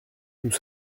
nous